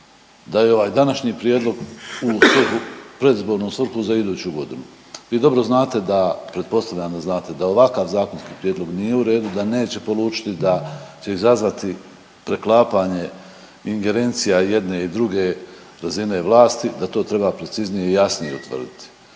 da je i ovaj današnji prijedlog u svrhu, predizbornu svrhu za iduću godinu. Vi dobro znate da, pretpostavljam da znate da ovakav zakonski prijedlog nije u redu, da neće polučiti, da će izazvati preklapanje ingerencija jedne i druge razine vlasti, da to treba preciznije i jasnije utvrditi.